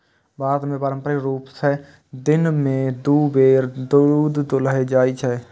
भारत मे पारंपरिक रूप सं दिन मे दू बेर दूध दुहल जाइ छै